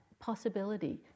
possibility